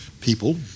people